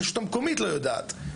הרשות המקומית לא יודעת.